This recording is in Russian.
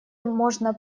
можно